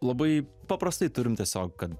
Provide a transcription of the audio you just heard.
labai paprastai turim tiesiog kad